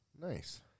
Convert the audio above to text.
Nice